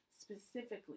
specifically